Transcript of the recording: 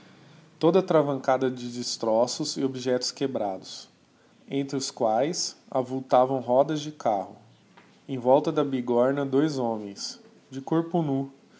toda atravancada de destroços e objectos quebrados entre os quaes avultavam rodas de carro em volta da bigorna dois homens de corpo nú